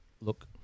look